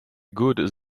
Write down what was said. good